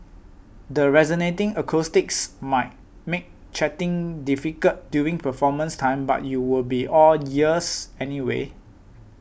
the resonating acoustics might make chatting difficult during performance time but you will be all ears anyway